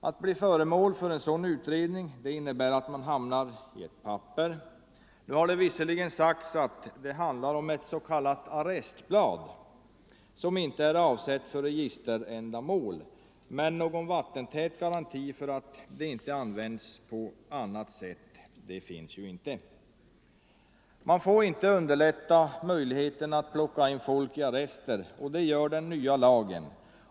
Att bli föremål för en sådan innebär att man hamnar på ett papper. Det har visserligen sagts att det handlar om ett s.k. arrestblad som inte är avsett för registerändamål, men någon vattentät garanti för att det inte används på annat sätt finns inte. Man får inte underlätta möjligheterna att plocka in folk i arrester, och det gör den nya lagen.